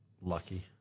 Lucky